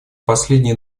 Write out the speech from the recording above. последние